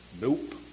Nope